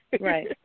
Right